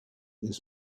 this